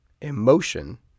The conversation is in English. emotion